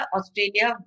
Australia